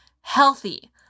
healthy